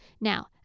Now